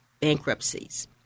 bankruptcies